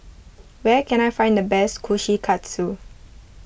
where can I find the best Kushikatsu